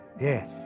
Yes